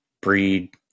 breed